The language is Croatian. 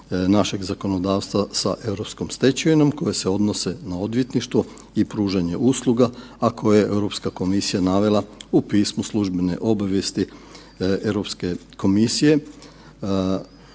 našeg zakonodavstva sa europsko stečevinom koja se odnose na odvjetništvo i pružanje usluga, a koje je EU komisija navela u Pismu službene obavijesti EU komisije